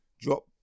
drop